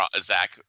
Zach